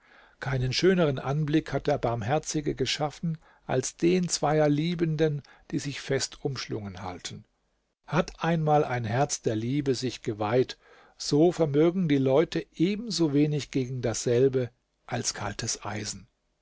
keinen schöneren anblick hat der barmherzige geschaffen als den zweier liebenden die sich fest umschlungen halten hat einmal ein herz der liebe sich geweiht so vermögen die leute eben so wenig gegen dasselbe als gegen kaltes eisen